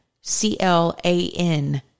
C-L-A-N